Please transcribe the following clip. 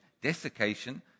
desiccation